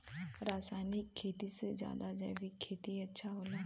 रासायनिक खेती से ज्यादा जैविक खेती अच्छा होला